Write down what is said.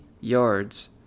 yards